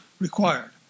required